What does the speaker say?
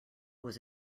was